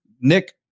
Nick